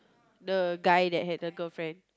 the guy that had a girlfriend